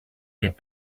get